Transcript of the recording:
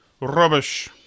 rubbish